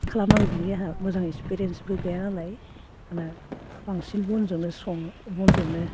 खालामनांगो बिनि आहा मोजाङै एक्सपिरियेन्सबो गैयानालाय मा होनो बांसिन बनजोंनो सङो बनजोंनो